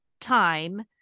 time